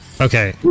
Okay